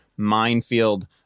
Minefield